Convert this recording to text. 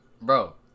Bro